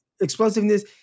explosiveness